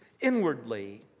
inwardly